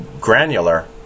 granular